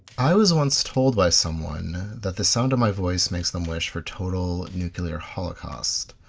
i was once told by someone that the sound of my voice makes them wish for total nuclear holocaust.